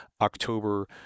October